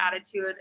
attitude